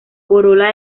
corola